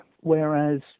whereas